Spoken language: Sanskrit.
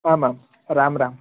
आम् आं रां राम्